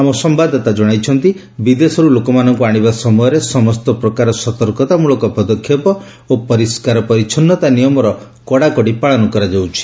ଆମ ସମ୍ଭାଦଦାତା ଜଣାଇଛନ୍ତି ବିଦେଶରୁ ଲୋକମାନଙ୍କୁ ଆଶିବା ସମୟରେ ସମସ୍ତ ପ୍ରକାର ସତର୍କତା ମୂଳକ ପଦକ୍ଷେପ ଓ ପରିଷ୍କାର ପରିଚ୍ଛନ୍ନତା ନିୟମର କଡ଼ାକଡ଼ି ପାଳନ କରାଯାଉଛି